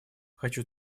хочу